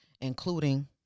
including